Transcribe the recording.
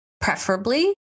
preferably